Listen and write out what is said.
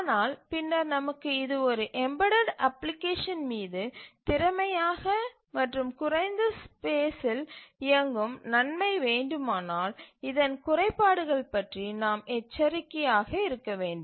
ஆனால் பின்னர் நமக்கு இது ஒரு எம்பெடட் அப்ளிகேஷன் மீது திறமையாக மற்றும் குறைந்த ஸ்பேஸ்சில் இயங்கும் நன்மை வேண்டுமானால் இதன் குறைபாடுகள் பற்றி நாம் எச்சரிக்கையாக இருக்க வேண்டும்